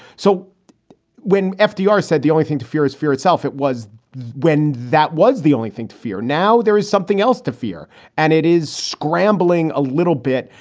so when fdr said the only thing to fear is fear itself, it was when that was the only thing to fear. now there is something else to fear and it is scrambling a little bit.